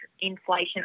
inflation